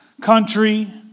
country